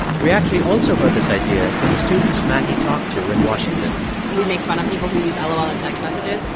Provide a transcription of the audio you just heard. we actually also heard this idea from the students maggie talked to in washington we make fun of people who use lol in text messages,